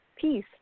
peace